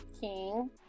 king